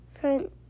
front